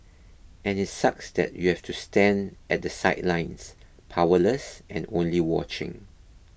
and it sucks that you've to stand at the sidelines powerless and only watching